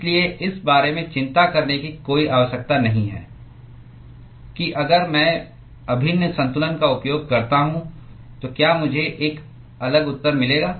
इसलिए इस बारे में चिंता करने की कोई आवश्यकता नहीं है कि अगर मैं अभिन्न संतुलन का उपयोग करता हूं तो क्या मुझे एक अलग उत्तर मिलेगा